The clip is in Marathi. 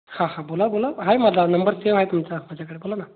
हा हां बोला बोला आहे माझा नंबर सेव आहे तुमचा माझ्याकडं बोला ना